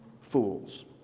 fools